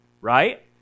right